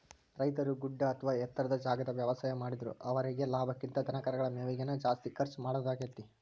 ರೈತರು ಗುಡ್ಡ ಅತ್ವಾ ಎತ್ತರದ ಜಾಗಾದಾಗ ವ್ಯವಸಾಯ ಮಾಡಿದ್ರು ಅವರೇಗೆ ಲಾಭಕ್ಕಿಂತ ಧನಕರಗಳ ಮೇವಿಗೆ ನ ಜಾಸ್ತಿ ಖರ್ಚ್ ಮಾಡೋದಾಕ್ಕೆತಿ